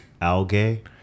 algae